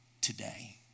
today